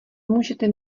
můžete